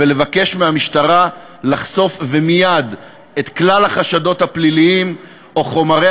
ולבקש מהמשטרה לחשוף ומייד את כלל החשדות הפליליים או חומרי